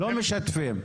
לא משתפים.